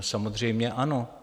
No samozřejmě ano.